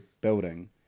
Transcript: building